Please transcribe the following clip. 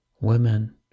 women